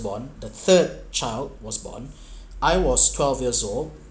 born the third child was born I was twelve years old